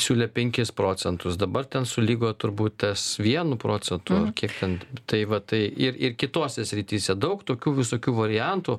siūlė penkis procentus dabar ten sulygo turbūt tas vienu procentu ar kiek ten tai va tai ir ir kitose srityse daug tokių visokių variantų